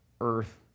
earth